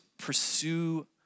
pursue